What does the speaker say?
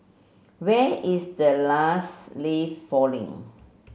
when is the last leaf falling